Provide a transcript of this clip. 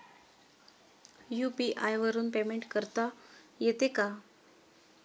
UPI वरून payment करता येते का?